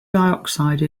dioxide